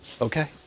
Okay